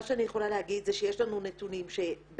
מה שאני יכולה להגיד זה שיש לנו נתונים שבממוצע